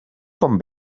from